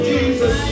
Jesus